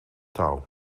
touw